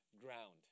ground